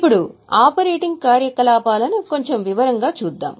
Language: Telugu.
ఇప్పుడు ఆపరేటింగ్ కార్యకలాపాలను కొంచెం వివరంగా చూద్దాం